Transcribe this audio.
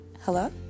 Hello